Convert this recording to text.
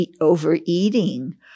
overeating